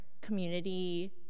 community